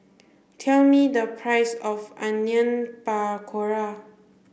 tell me the price of Onion Pakora